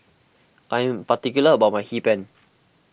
I am particular about my Hee Pan